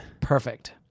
Perfect